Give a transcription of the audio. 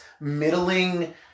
middling